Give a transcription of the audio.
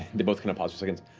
they both kind of pause for like and